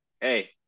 Hey